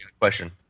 question